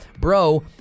bro